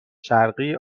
شرقی